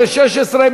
כנוסח הוועדה,